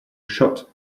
shot